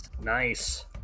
Nice